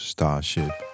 Starship